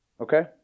Okay